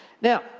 Now